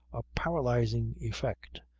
a paralysing effect.